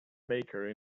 baker